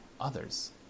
others